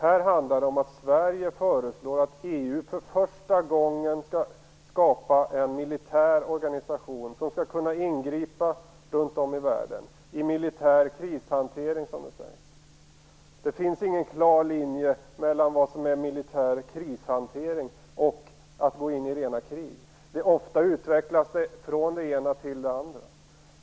Det handlar om att Sverige föreslår att EU för första gången skall skapa en militär organisation som skall kunna ingripa runt om i världen i militär krishantering, som det heter. Det finns ingen klar gräns mellan vad som är militär krishantering och att gå in i rena krig. Ofta utvecklas situationen från det ena till det andra.